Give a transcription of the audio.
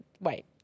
wait